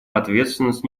ответственность